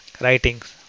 writings